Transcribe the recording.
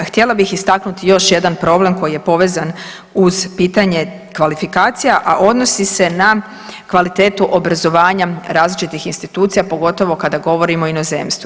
Htjela bih istaknuti još jedan problem koji je povezan uz pitanje kvalifikacija, a odnosi se na kvalitetu obrazovanja različitih institucija, pogotovo kada govorimo o inozemstvu.